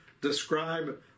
describe